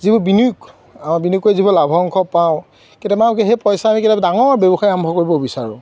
যিবোৰ বিনয়োগ বিনিয়োগ কৰি যিবোৰ লাভৰ অংশ পাওঁ কেতিয়াবা সেই পইচা আমি কেতিয়াবা ডাঙৰ ব্যৱসায় আৰম্ভ কৰিব বিচাৰোঁ